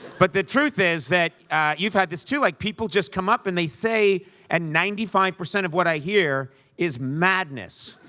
but the truth is that you've had this, too, like, people just come up and they say and ninety five percent of what i hear is madness.